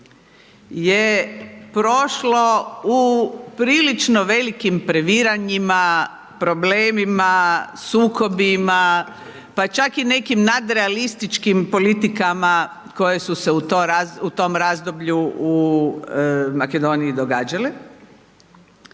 je prošlo u prilično velikim previranjima, problemima, sukobima, pa čak i nekim nadrealističkim politikama koje su se u tom razdoblju u Makedoniji događale.